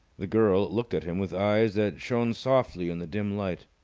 the girl looked at him with eyes that shone softly in the dim light.